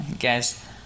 guess